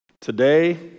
Today